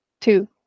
two